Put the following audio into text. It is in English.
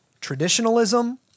traditionalism